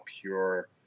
pure